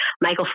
Michael